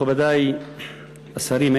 מכובדי השרים,